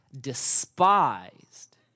despised